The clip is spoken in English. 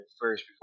first